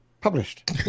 published